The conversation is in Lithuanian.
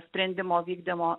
sprendimo vykdymo